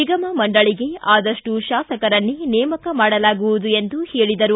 ನಿಗಮ ಮಂಡಳಿಗೆ ಆದಷ್ಟು ಶಾಸಕರನ್ನೇ ನೇಮಕ ಮಾಡಲಾಗುವುದು ಎಂದು ಹೇಳಿದರು